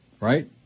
Right